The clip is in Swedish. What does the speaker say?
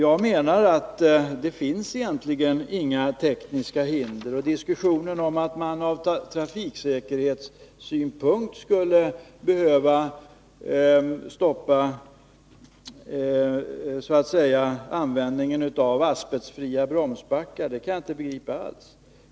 Det finns enligt min uppfattning egentligen inga tekniska hinder, och diskussionen om att man ur trafiksäkerhetssynpunkt skulle behöva stoppa användningen av asbestfria bromsbackar kan jag inte begripa alls.